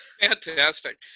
Fantastic